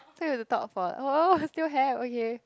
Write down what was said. still have to talk for oh still have okay